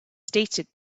stated